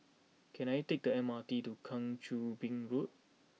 can I take the M R T to Kang Choo Bin Road